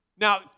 Now